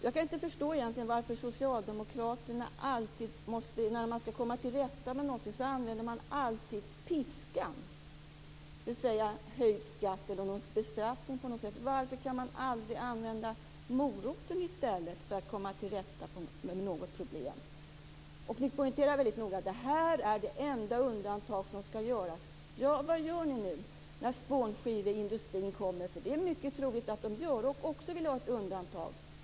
Jag kan inte förstå varför socialdemokraterna alltid måste använda piskan när det gäller att komma till rätta med någonting. Ni föreslår höjd skatt eller någon bestraffning. Varför kan man aldrig använda moroten i stället för att komma till rätta med något problem? Ni poängterar väldigt noga att det här är det enda undantag som skall göras. Vad gör ni när spånskiveindustrin också vill ha ett undantag?